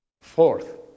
Fourth